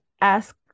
ask